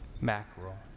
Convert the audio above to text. Mackerel